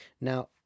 Now